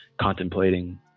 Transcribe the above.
contemplating